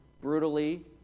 brutally